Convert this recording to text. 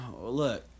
Look